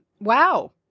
Wow